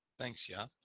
thanks, jaap.